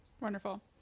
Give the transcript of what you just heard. Wonderful